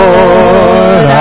Lord